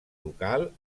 local